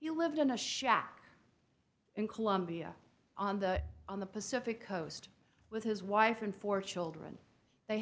you lived in a shack in colombia on the on the pacific coast with his wife and four children they